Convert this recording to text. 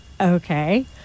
okay